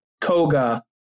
Koga